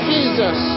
Jesus